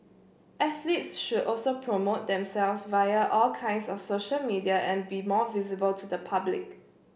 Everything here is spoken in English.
athletes should also promote themselves via all kinds of social media and be more visible to the public